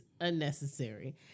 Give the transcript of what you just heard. unnecessary